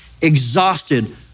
exhausted